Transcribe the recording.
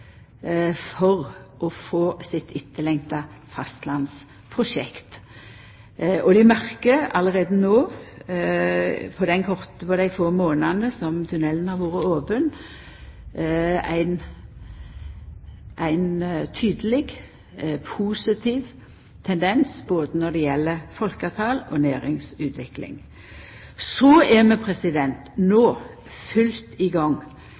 for å få det etterlengta fastlandsprosjektet sitt. Dei merkar alt no på dei få månadene som tunellen har vore open, ein tydeleg positiv tendens både når det gjeld folketal og næringsutvikling. Så er vi no i full gang